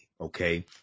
okay